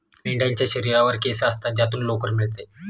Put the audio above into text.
मेंढ्यांच्या शरीरावर केस असतात ज्यातून लोकर मिळते